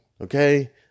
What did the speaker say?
Okay